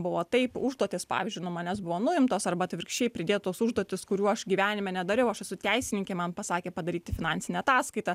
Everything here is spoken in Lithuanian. buvo taip užduotys pavyzdžiui nuo manęs buvo nuimtos arba atvirkščiai pridėtos užduotys kurių aš gyvenime nedariau aš esu teisininkė man pasakė padaryti finansinę ataskaitą